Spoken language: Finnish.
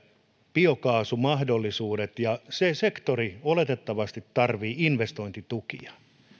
biokaasumahdollisuudet se sektori oletettavasti tarvitsee investointitukia